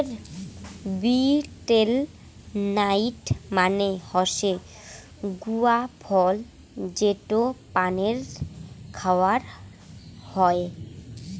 betel nut মানে হসে গুয়া ফল যেটো পানে খাওয়া হই